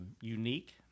unique